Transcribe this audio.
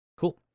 Cool